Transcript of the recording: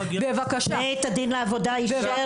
בית הדין לעבודה אישר.